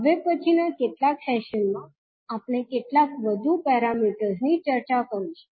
હવે પછીનાં કેટલાક સેશનમાં આપણે કેટલાક વધુ પેરામીટર્સની ચર્ચા કરીશું